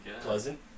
pleasant